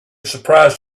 surprised